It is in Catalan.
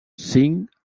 zinc